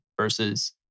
versus